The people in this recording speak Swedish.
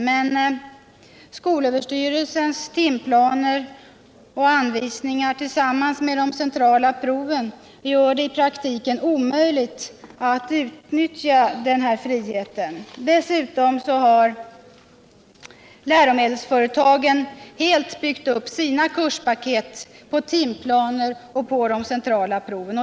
Men skolöverstyrelsens timplaner och anvisningar tillsammans med de centrala proven gör det i praktiken omöjligt att utnyttja den friheten. Dessutom har läromedelsföretagen helt byggt upp sina kurspaket på timplaner och centrala prov.